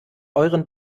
euren